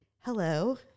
hello